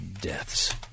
deaths